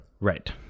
Right